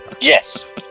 yes